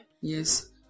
Yes